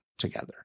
together